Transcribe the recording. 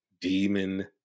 demon